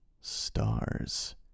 Stars